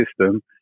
system